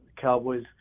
cowboys